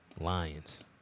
Lions